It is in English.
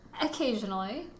Occasionally